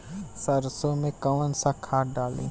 सरसो में कवन सा खाद डाली?